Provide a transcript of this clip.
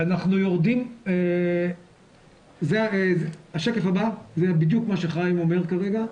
בשקף הבא, זה בדיוק מה שחיים אומר כרגע.